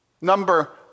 Number